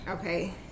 okay